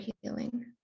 healing